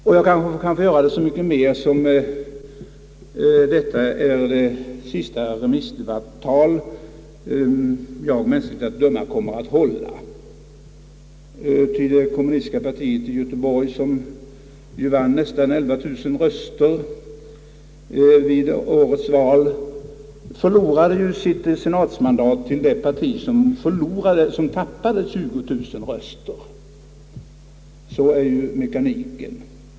Jag får kanske göra det så mycket mer som detta är det sista remissdebattanförande som jag mänskligt att döma kommer att hålla. Det kommunistiska partiet i Göteborg, som vann nästan 11000 röster vid årets val, förlorade nämligen sitt senatsmandat till det parti som tappade 20 000 röster. Sådan är ju mekaniken.